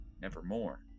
Nevermore